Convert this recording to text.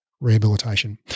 Rehabilitation